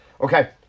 okay